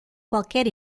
qualquer